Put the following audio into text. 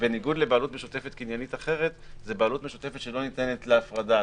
ובניגוד לבעלות משותפת קניינית אחרת זאת בעלות משותפת שלא ניתנת להפרדה.